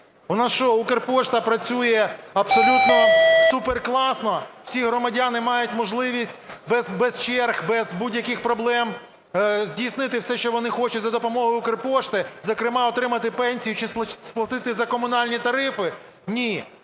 У нас що, Укрпошта працює абсолютно суперкласно, всі громадяни мають можливість без черг, без будь-яких проблем здійснити все, що вони хочуть за допомогою Укрпошти, зокрема отримати пенсію чи сплатити за комунальні тарифи? Ні.